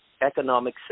economic